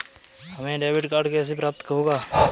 हमें debit card कैसे प्राप्त होगा?